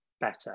better